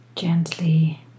Gently